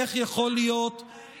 איך יכול להיות,